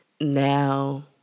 now